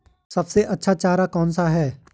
सबसे अच्छा चारा कौन सा है?